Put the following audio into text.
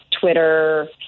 Twitter